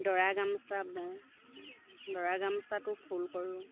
দৰা গামোচা বওঁ দৰা গামোচাতো ফুল কৰোঁ